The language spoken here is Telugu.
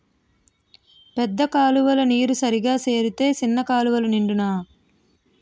పెద్ద కాలువ నీరు సరిగా సేరితే సిన్న కాలువలు నిండునా